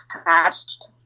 attached